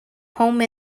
home